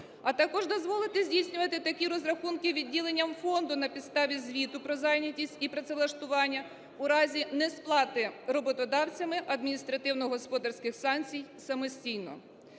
а також дозволити здійснювати такі розрахунки відділенням фонду на підставі звіту про зайнятість і працевлаштування у разі несплати роботодавцями адміністративно-господарських санкцій самостійно.